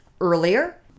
earlier